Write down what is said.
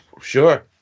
Sure